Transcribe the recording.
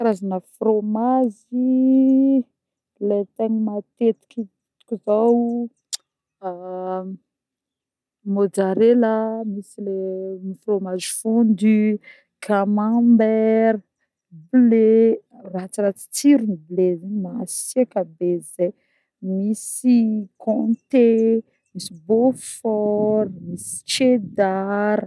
Karazagna frômazy le tegna matetiky hitako zô: mozzarella, misy le frômazy fondue, camembert, bleu ratsiratsy tsirony bleu zegny masiaka be zegny, misy comté, misy beaufort, misy cheedard.